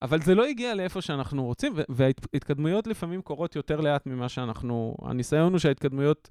אבל זה לא הגיע לאיפה שאנחנו רוצים וההתקדמויות לפעמים קורות יותר לאט ממה שאנחנו, הניסיון הוא שההתקדמויות...